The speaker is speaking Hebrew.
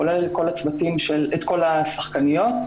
כולל את כל השחקניות.